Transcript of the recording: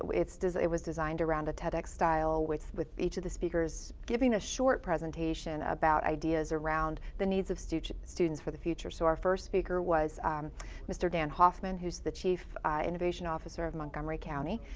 it's, it was designed around a tedx style with, with each of the speakers giving a short presentation about ideas around the needs of students students for the future. so, our first speaker was mr dan hoffman, who's the chief innovation officer of montgomery county.